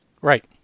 Right